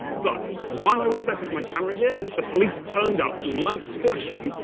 but while i was setting up my camera here, the police turned up, lights flashing,